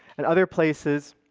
and other places.